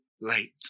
late